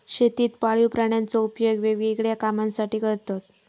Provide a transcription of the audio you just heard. शेतीत पाळीव प्राण्यांचो उपयोग वेगवेगळ्या कामांसाठी करतत